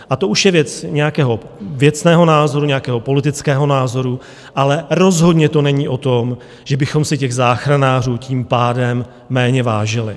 A to už je věc nějakého věcného názoru, nějakého politického názoru, ale rozhodně to není o tom, že bychom si těch záchranářů tím pádem méně vážili.